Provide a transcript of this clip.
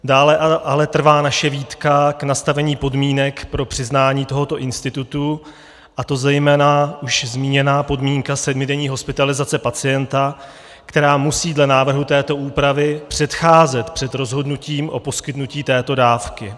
Dále ale trvá naše výtka k nastavení podmínek pro přiznání tohoto institutu, a to zejména už zmíněná podmínka sedmidenní hospitalizace pacienta, která musí dle návrhu této úpravy předcházet před rozhodnutím o poskytnutí této dávky.